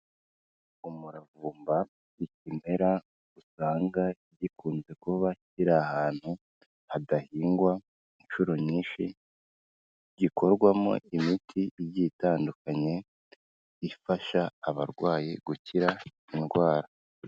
Umuravumba ni ikimera usanga gikunze kuba kiri ahantu hadahingwa inshuro nyinshi, gikorwamo imiti igiye itandukanye, ifasha abarwayi gukira indwara.